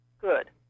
good